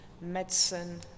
medicine